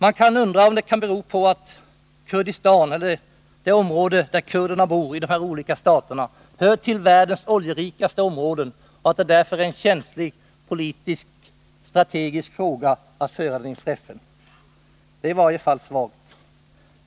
Man kan undra om utskottets uttalande i det här avseendet beror på att de områden i de olika staterna där kurderna bor hör till världens oljerikaste områden och att frågan därför är alltför känslig från politiskt-strategisk synpunkt för att föras inför FN. Det är i varje fall svagt av utskottet att inta en sådan ståndpunkt.